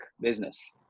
business